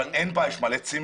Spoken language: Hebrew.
אבל אין בעיה כי יש המון צימרים.